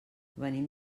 venim